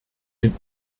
den